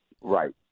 right